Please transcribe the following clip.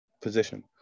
position